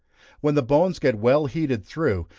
when the bones get well heated through,